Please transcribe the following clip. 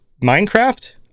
Minecraft